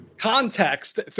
context